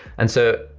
and so,